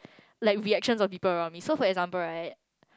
like reactions of people around me so for example right